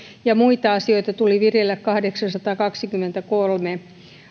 ja muita asioita tuli vireille kahdeksansataakaksikymmentäkolme